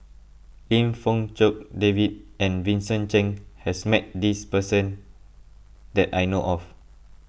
Lim Fong Jock David and Vincent Cheng has met this person that I know of